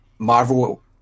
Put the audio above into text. Marvel